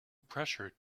pressure